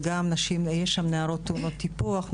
יש שם נערות טעונות טיפוח,